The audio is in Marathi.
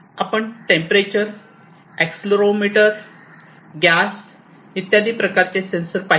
आपण टेंपरेचर आकसलेरोमीटर गॅस इत्यादी प्रकारचे सेंसर पाहिले